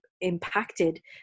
impacted